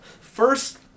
First